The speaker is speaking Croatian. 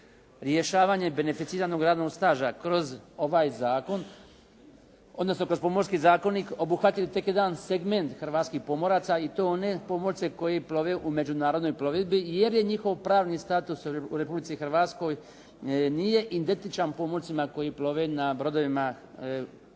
rješavanje beneficiranog radnog staža kroz ovaj zakon odnosno Pomorski zakonik obuhvatilo tek jedan segment hrvatskih pomoraca i to one pomorce koji plove u međunarodnoj plovidbi jer je njihov pravni status u Republici Hrvatskoj nije identičan pomorcima koji plove na brodovima u